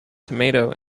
tomato